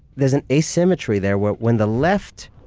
there's an asymmetry there, where when the left